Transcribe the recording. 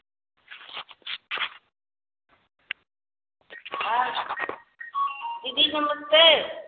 दीदी नमस्ते